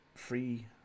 Free